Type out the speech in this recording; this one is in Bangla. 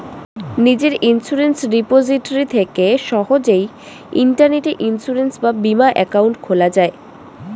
নিজের ইন্সুরেন্স রিপোজিটরি থেকে সহজেই ইন্টারনেটে ইন্সুরেন্স বা বীমা অ্যাকাউন্ট খোলা যায়